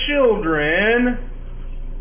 children